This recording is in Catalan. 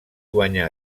guanyà